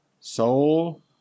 soul